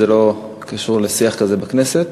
זה לא קשור לשיח הזה בכנסת.